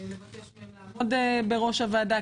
לבקש מהם לעמוד בראש הוועדה.